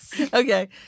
Okay